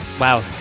wow